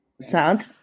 sad